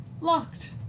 locked